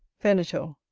venator.